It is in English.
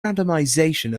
randomization